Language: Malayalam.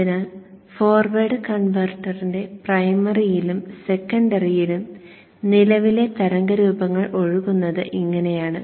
അതിനാൽ ഫോർവേഡ് കൺവെർട്ടറിന്റെ പ്രൈമറിയിലും സെക്കൻഡറിയിലും നിലവിലെ തരംഗരൂപങ്ങൾ ഒഴുകുന്നത് ഇങ്ങനെയാണ്